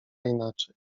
inaczej